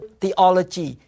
theology